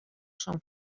són